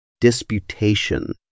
disputation